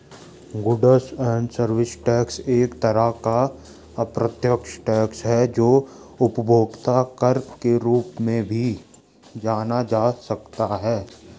goods and service tax एक तरह का अप्रत्यक्ष टैक्स है जो उपभोक्ता कर के रूप में भी जाना जा सकता है